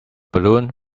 balloon